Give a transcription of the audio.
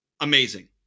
amazing